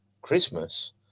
Christmas